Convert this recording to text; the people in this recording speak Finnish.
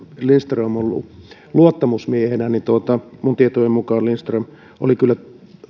lindström on ollut luottamusmiehenä minun tietojeni mukaan lindström oli kyllä